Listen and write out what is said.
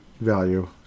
value